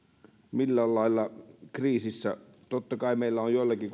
millään lailla kriisissä totta kai meillä on joillakin